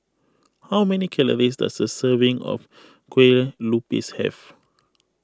how many calories does a serving of Kue Lupis have